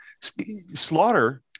slaughter